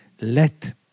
Let